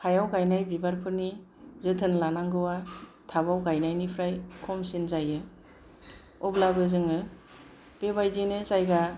हायाव गायनाय बिबारफोरनि जोथोन लानांगौआ टापआव गायनायनिख्रुइ खमसिन जायो अब्लाबो जोङो बेबायदिनो जायगा